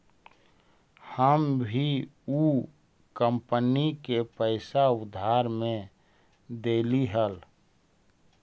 हम भी ऊ कंपनी के पैसा उधार में देली हल